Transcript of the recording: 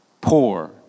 poor